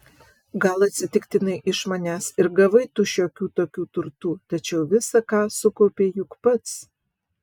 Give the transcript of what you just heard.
gal atsitiktinai iš manęs ir gavai tu šiokių tokių turtų tačiau visa ką sukaupei juk pats